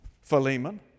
Philemon